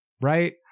right